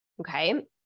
Okay